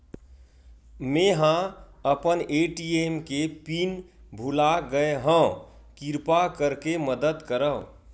मेंहा अपन ए.टी.एम के पिन भुला गए हव, किरपा करके मदद करव